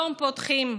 יום פותחים,